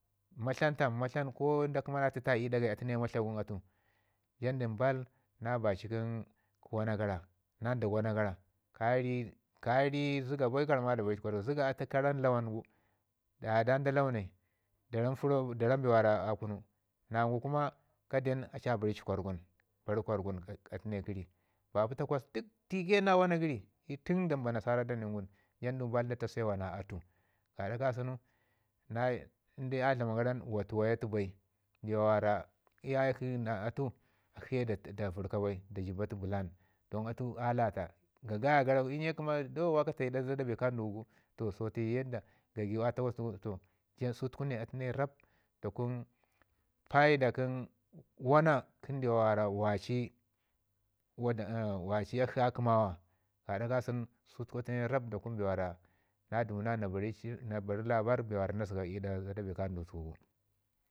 Matlahn tam matlahn ko da kəma na təta ii ɗagai matlahn atu, jandu baal na baci kən wana gara na nda wana gara. Ka ye ri ka ye ri zəga bai ka ramma da ba ri ci kwargun zəga karan lawangu aya dan da launai da ram bee wara a kunu. Nən gu kuma ka den a ci a bari ci gwargun, bari gwargun atu ne kəri. Babi takwas ti ke na wana gəri tun dumba nasara da nai ngum, jandu baal da ta se wa na atu gaɗa kasən in de a dlaman garan wu tuwaya tu bai. Ndiwa wanda iya yekshi na atu da vərka bai da jiba tu bəlan atu a lata. Ga gaya gara ngum i nye kəma duk wakatayi ɗa bee ka jandu gu so yaɗda gagigu a takwas toh sutaku ne atu ne rab paida kə wana kə ndawa waci akshi a kəma wa. Gaɗa kasen sutuku a tune rab da kun bee na dumu na bari labarr bee na zəgau i ɗa bee ka jandu tu gu.